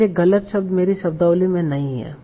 इसलिए गलत शब्द मेरी शब्दावली में नहीं है